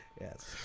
Yes